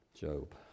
Job